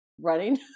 running